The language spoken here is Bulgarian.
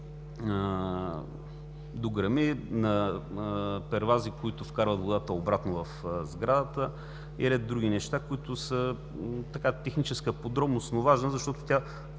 дограми, на первази, които вкарват водата обратно в сградата, и ред други неща, които са техническа подробност, но важна, защото тя